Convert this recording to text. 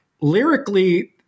lyrically